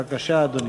בבקשה, אדוני.